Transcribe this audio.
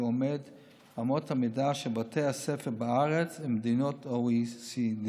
עומד באמות המידה של בתי הספר בארץ ובמדינות ה-OECD.